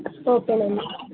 ఓకేనండి